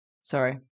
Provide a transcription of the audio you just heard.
sorry